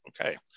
Okay